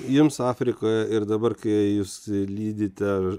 jiems afrikoje ir dabar kai jūs lydite